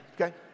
Okay